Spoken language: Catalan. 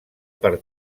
per